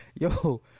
Yo